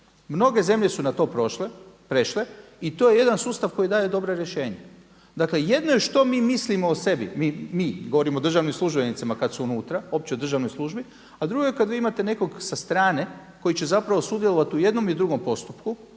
Mnoge zemlje su na to prešle i to je jedan sustav koji daje dobra rješenja. Dakle jedno je što mi mislimo o sebi, mi, govorimo o državnim službenicima kada su unutra, opće državnoj službi a drugo je kada vi imate nekog sa strane koji će zapravo sudjelovati u jednom i u drugom postupku